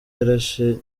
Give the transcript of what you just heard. yarashe